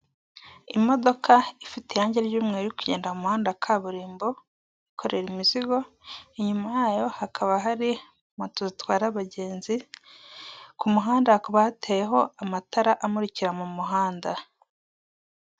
Imodoka ifite irangi ry'umweru igenda muhanda kaburimbo, yikorera imizigo, inyuma yayo hakaba hari moto itwara abagenzi, ku muhanda ku hakaba hateyeho amatara amukira mu muhanda.